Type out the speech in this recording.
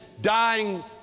dying